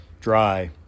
dry